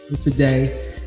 today